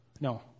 No